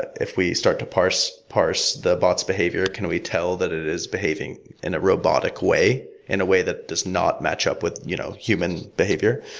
if we start to parse parse the bot's behavior, can we tell that it is behaving in a robotic way, in a way that does not match up with you know human behavior?